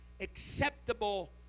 acceptable